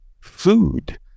food